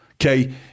Okay